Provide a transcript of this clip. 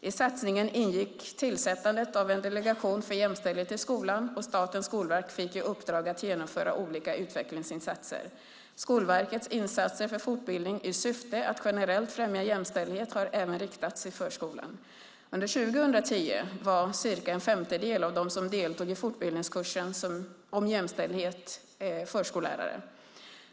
I satsningen ingick tillsättandet av en delegation för jämställdhet i skolan och Statens skolverk fick i uppdrag att genomföra olika utvecklingsinsatser. Skolverkets insatser för fortbildning i syfte att generellt främja jämställdhet har även riktats till förskolan. Under 2010 var cirka en femtedel av dem som deltog i fortbildningskursen om jämställdhet förskollärare.